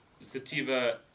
sativa